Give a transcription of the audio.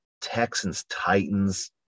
Texans-Titans